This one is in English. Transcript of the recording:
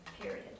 period